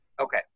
Okay